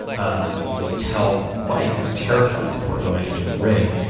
ah would tell mike who was terrified before going into the ring,